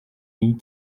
need